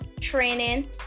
training